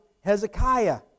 Hezekiah